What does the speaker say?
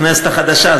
הכנסת החדשה.